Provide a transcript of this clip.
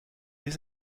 les